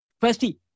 Firstly